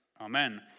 amen